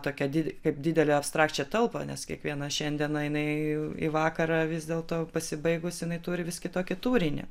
tokią didi kaip didelę abstrakčią talpą nes kiekviena šiandiena jinai į vakarą vis dėl to pasibaigus jinai turi vis kitokį turinį